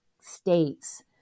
states